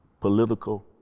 political